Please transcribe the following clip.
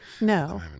No